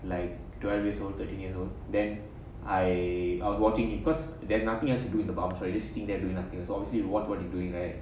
like twelve years old thirteen years old then I I was watching it because there's nothing else to do in the barber shop you just sitting there doing nothing so obviously you watch what they doing right